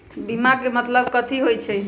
बीमा के मतलब कथी होई छई?